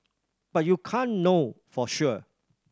but you can't know for sure